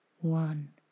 one